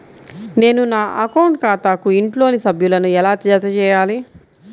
నేను నా అకౌంట్ ఖాతాకు ఇంట్లోని సభ్యులను ఎలా జతచేయాలి?